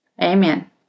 Amen